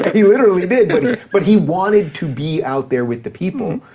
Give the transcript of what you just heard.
he literally did, but but he wanted to be out there with the people,